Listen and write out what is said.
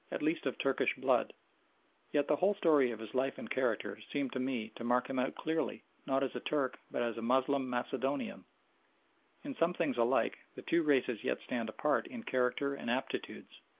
at least of turkish blood yet the whole story of his life and character seem to me to mark him out clearly, not as a turk but as a moslem macedonian in some things alike, the two races yet stand apart in character and aptitudes,